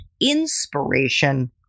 inspiration